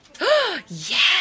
Yes